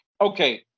okay